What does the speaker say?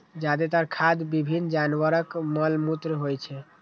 जादेतर खाद विभिन्न जानवरक मल मूत्र होइ छै